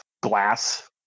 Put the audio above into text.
glass